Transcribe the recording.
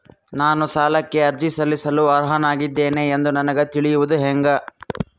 ನಾನು ಸಾಲಕ್ಕೆ ಅರ್ಜಿ ಸಲ್ಲಿಸಲು ಅರ್ಹನಾಗಿದ್ದೇನೆ ಎಂದು ನನಗ ತಿಳಿಯುವುದು ಹೆಂಗ?